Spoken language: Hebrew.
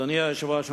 אדוני היושב-ראש,